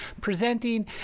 presenting